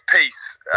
peace